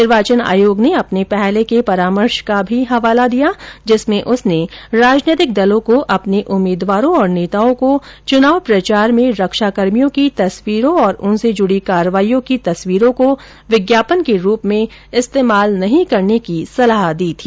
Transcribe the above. निर्वाचन आयोग ने अपने पहले के परामर्श का भी हवाला दिया जिसमें उसने राजनीतिक दलों को अपने उम्मीदवारों और नेताओं को चुनाव प्रचार में रक्षाकर्मियों की तस्वीरों और उनसे जुड़ी कार्रवाईयों की तस्वीरों को विज्ञापन के रूप में इस्तेमाल नहीं करने की सलाह दी थी